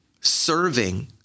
serving